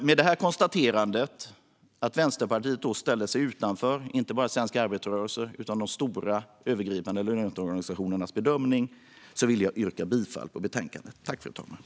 Med konstaterandet att Vänsterpartiet ställer sig utanför inte bara svensk arbetarrörelse utan de stora övergripande löntagarorganisationernas bedömning yrkar jag bifall till utskottets förslag i betänkandet.